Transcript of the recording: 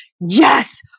yes